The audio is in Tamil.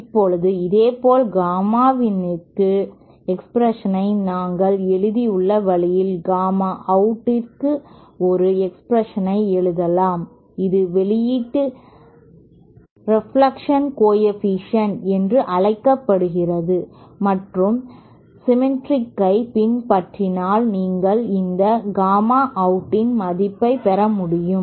இப்போது இதேபோல் காமா inக்கு எக்ப்ரஷனை நாங்கள் எழுதியுள்ள வழியில் காமா out க்கும் ஒரு எக்ஸ்பிரஷனை எழுதலாம் இது வெளியீட்டு ரெப்லக்ஷன் கோஎஃபீஷியேன்ட் என்று அழைக்கப்படுகிறது மற்றும் சிமெட்ரி ஐ பின்பற்றினால் நீங்கள் இந்த காமா out இன் மதிப்பை பெற முடியும்